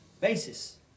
basis